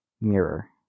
Mirror